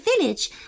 village